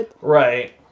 Right